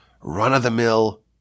run-of-the-mill